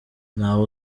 ntawe